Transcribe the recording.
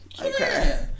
okay